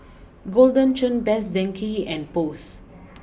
Golden Churn best Denki and post